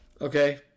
Okay